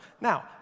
Now